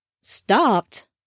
Stopped